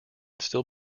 still